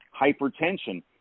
hypertension